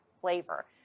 flavor